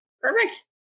perfect